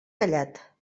callat